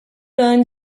learn